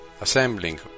Assembling